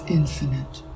infinite